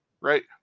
Right